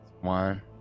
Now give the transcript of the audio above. One